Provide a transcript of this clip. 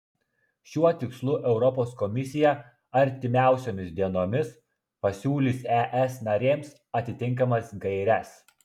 šiuo tikslu europos komisija artimiausiomis dienomis pasiūlys es narėms atitinkamas gaires